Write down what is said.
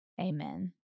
Amen